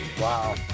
wow